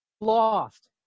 lost